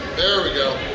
there we go!